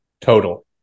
total